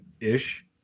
ish